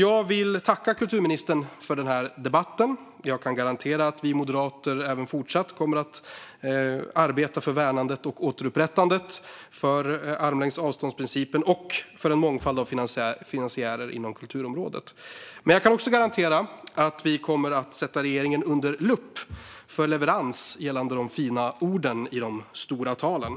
Jag vill tacka kulturministern för denna debatt. Jag kan garantera att vi moderater även fortsatt kommer att arbeta för värnandet och återupprättandet av principen om armlängds avstånd och för en mångfald av finansiärer inom kulturområdet. Jag kan också garantera att vi kommer att sätta regeringen under lupp i fråga om leverans gällande de fina orden i de stora talen.